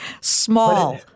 small